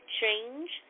change